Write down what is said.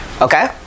Okay